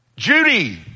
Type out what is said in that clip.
Judy